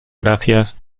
gracias